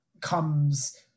comes